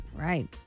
Right